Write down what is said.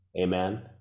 amen